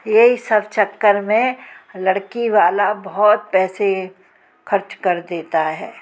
यही सब चक्कर में लड़की वाला बहुत पैसे खर्च कर देता है